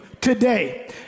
today